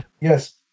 Yes